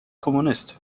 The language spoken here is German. kommunist